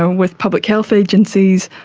ah with public health agencies,